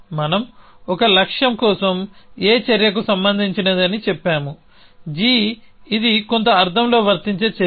మనం ఒక లక్ష్యం కోసం A చర్యకు సంబంధించినది అని చెప్పాము g ఇది కొంత అర్థంలో వర్తించే చర్యలు